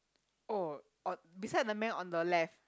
oh on beside the man on the left